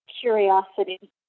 curiosity